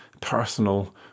personal